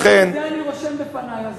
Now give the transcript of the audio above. גם את זה אני רושם לפני.